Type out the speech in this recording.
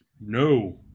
No